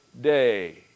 day